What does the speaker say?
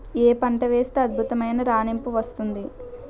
ఏ పంట వేస్తే అద్భుతమైన రాణింపు వస్తుంది?